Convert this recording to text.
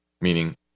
meaning